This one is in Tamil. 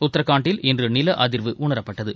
உத்ரகாண்டில் இன்று நில அதிர்வு உணரப்பட்டது